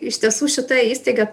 iš tiesų šita įstaiga